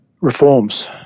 reforms